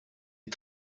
est